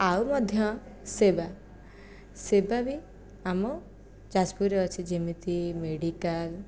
ଆଉ ମଧ୍ୟ ସେବା ସେବା ବି ଆମ ଯାଜପୁରରେ ଅଛି ଯେମିତି ମେଡ଼ିକାଲ